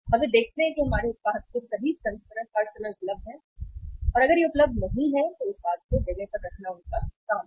और वे देखते हैं कि हमारे उत्पाद के सभी संस्करण हर समय उपलब्ध हैं और अगर यह उपलब्ध नहीं है तो उत्पाद को जगह पर रखना उनका काम है